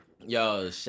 Yo